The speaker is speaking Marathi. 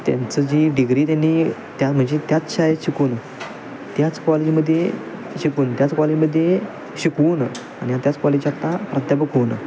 त्यांचं जी डिग्री त्यांनी त्या म्हणजे त्याच शाळेत शिकून त्याच कॉलेजमध्ये शिकून त्याच कॉलेजमध्ये शिकवून आणि त्याच कॉलेज आता प्रध्यापक होणं